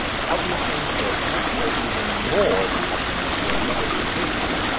publishing is as much, or even more, of a public concern than education,